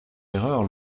erreur